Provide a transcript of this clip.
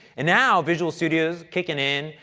and now, visual studio's kicking in,